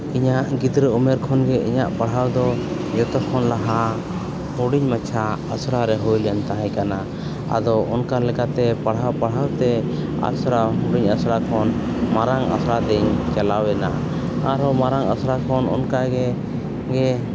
ᱤᱧᱟᱹᱜ ᱜᱤᱫᱽᱨᱟᱹ ᱩᱢᱮᱨ ᱠᱷᱚᱱ ᱜᱮ ᱤᱧᱟᱹᱜ ᱯᱟᱲᱦᱟᱣ ᱫᱚ ᱡᱚᱛᱚ ᱠᱷᱚᱱ ᱞᱟᱦᱟ ᱦᱩᱰᱤᱧ ᱢᱟᱪᱷᱟ ᱟᱥᱲᱟ ᱨᱮ ᱦᱩᱭ ᱞᱮᱱ ᱛᱟᱦᱮᱸ ᱠᱟᱱᱟ ᱟᱫᱚ ᱚᱱᱠᱟ ᱞᱮᱠᱟᱛᱮ ᱯᱟᱲᱦᱟᱣ ᱯᱟᱲᱦᱟᱣᱛᱮ ᱟᱥᱲᱟ ᱦᱩᱰᱤᱧ ᱟᱥᱲᱟ ᱠᱷᱚᱱ ᱢᱟᱨᱟᱝ ᱟᱥᱲᱟ ᱛᱮᱧ ᱪᱟᱞᱟᱣᱮᱱᱟ ᱟᱨ ᱦᱚᱸ ᱢᱟᱨᱟᱝ ᱟᱥᱲᱟ ᱠᱷᱚᱱ ᱚᱱᱠᱟᱜᱮ ᱜᱮ